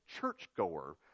churchgoer